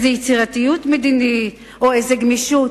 איזו יצירתיות מדינית או איזו גמישות.